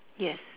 yes